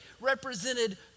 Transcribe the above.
represented